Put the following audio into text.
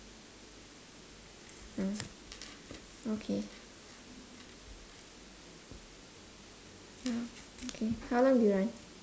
oh okay oh okay how long do you run